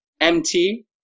MT